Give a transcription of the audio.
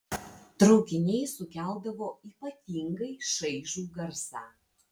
traukiniai sukeldavo ypatingai šaižų garsą